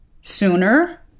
sooner